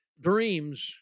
dreams